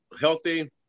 Healthy